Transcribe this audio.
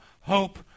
hope